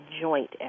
joint